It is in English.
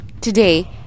Today